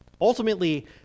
Ultimately